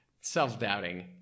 self-doubting